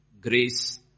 grace